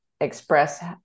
express